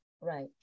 right